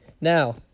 Now